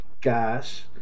Gas